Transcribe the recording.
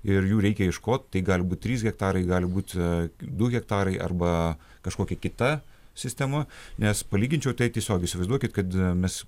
ir jų reikia iš ko tai galbūt trys hektarai gali būti du hektarai arba kažkokia kita sistema nes palyginčiau tai tiesiog įsivaizduokit kad mes